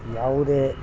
ಯಾವುದೇ